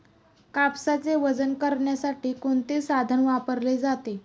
कापसाचे वजन करण्यासाठी कोणते साधन वापरले जाते?